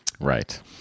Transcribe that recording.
right